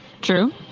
true